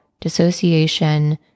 dissociation